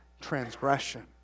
transgression